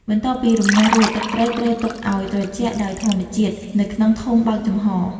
បន្ទាប់ពីរំងាស់រួច ទឹកត្រីត្រូវទុកឱ្យ ត្រជាក់ ដោយធម្មជាតិនៅក្នុងធុងបើកចំហ។